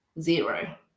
zero